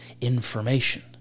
information